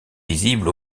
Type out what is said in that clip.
visible